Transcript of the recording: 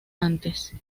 antes